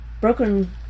broken